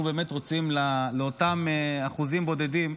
אנחנו באמת רוצים שאותם אחוזים בודדים,